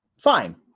Fine